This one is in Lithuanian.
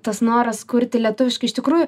tas noras kurti lietuviškai iš tikrųjų